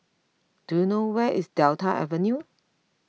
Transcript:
do you know where is Delta Avenue